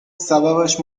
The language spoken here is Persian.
سببش